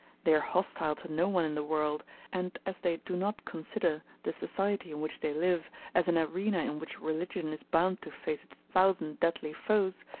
they are hostile to no one in the world and as they do not consider the society in which they live as an arena in which religion is bound to face its thousand deadly foes,